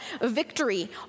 victory